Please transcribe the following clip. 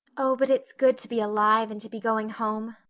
oh, but it's good to be alive and to be going home,